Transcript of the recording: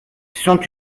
sont